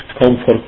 comfort